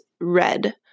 red